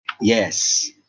Yes